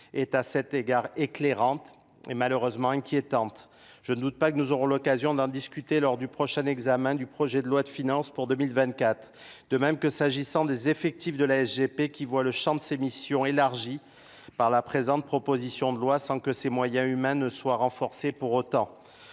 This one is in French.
est à cet égard éclairante et malheureusement inquiétante je ne doute pas que nous aurons l'occasion d'en discuter lors du prochain du projet de loi de finances pour deux mille vingt quatre de même que s'agissant des effectifs de la g p qui voient le champ de ses missions élargi par la présente proposition de loi sans que ses moyens humains ne soient renforcés pour autant